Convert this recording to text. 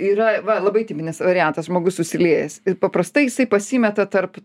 yra va labai tipinis variantas žmogus susiliejęs ir paprastai jisai pasimeta tarp